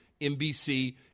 NBC